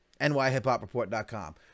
nyhiphopreport.com